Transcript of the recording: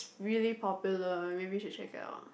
really popular maybe you should check it out